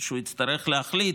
שהוא יצטרך להחליט,